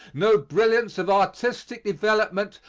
no brilliance of artistic development,